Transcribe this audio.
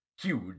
huge